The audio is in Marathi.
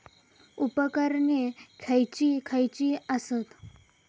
उपकरणे खैयची खैयची आसत?